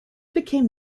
became